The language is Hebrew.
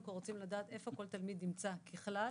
כל רוצים לדעת איפה כל תלמיד נמצא ככלל,